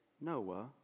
Noah